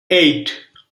eight